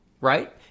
Right